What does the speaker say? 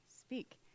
speak